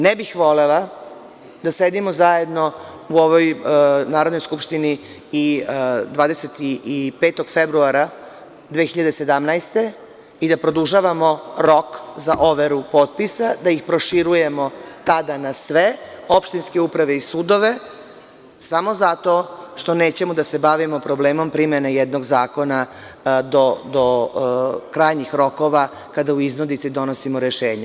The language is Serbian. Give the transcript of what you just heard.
Ne bih volela da sedimo zajedno u ovoj Narodnoj skupštini i 25. februara 2017. godine i da produžavamo rok za overu potpisa, da ih proširujemo na sve opštinske uprave i sudove, samo zato što nećemo da se bavimo problemom primene jednog zakona do krajnjih rokova kada u iznudici donosimo rešenja.